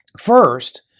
First